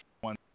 one